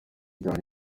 cyanjye